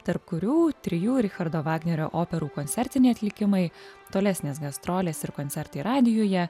tarp kurių trijų richardo vagnerio operų koncertiniai atlikimai tolesnės gastrolės ir koncertai radijuje